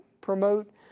promote